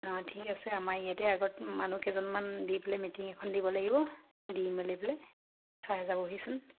অঁ ঠিক আছে আমাৰ ইয়াতে আগত মানুহ কেইজনমান দি পেলাই মিটিং এখন দিব লাগিব দি মেলি পেলাই চাই যাবহিচোন